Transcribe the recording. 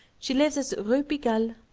she lives at rue pigalle,